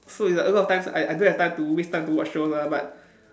so it's like a lot of times I I don't have the time to waste time to watch shows ah but